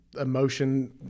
emotion